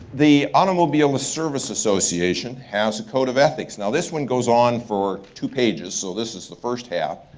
the automobile service association has a code of ethics. now this one goes on for two pages so this is the first half.